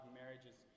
marriages